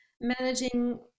managing